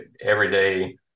everyday